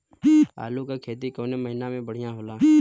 आलू क खेती कवने महीना में बढ़ियां होला?